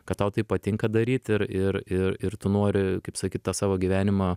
kad tau tai patinka daryt ir ir ir ir tu nori kaip sakyt tą savo gyvenimą